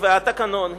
והתקנון הוא,